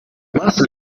más